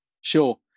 sure